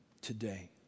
today